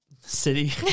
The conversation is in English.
city